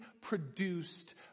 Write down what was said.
produced